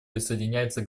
присоединяется